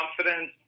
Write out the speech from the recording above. confidence